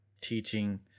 teaching